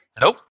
nope